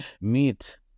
meet